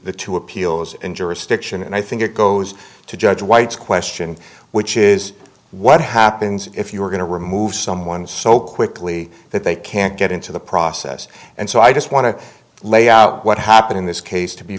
the two appeals and jurisdiction and i think it goes to judge white's question which is what happens if you are going to remove someone so quickly that they can't get into the process and so i just want to lay out what happened in this case to be